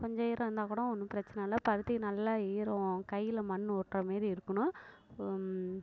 கொஞ்சம் ஈரம் இருந்தால் கூடோம் ஒன்னும் பிரச்சனை இல்லை பருத்தி நல்லா ஈரம் கையில் மண்ணு ஒட்டுறமேரி இருக்கணும்